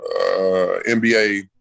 NBA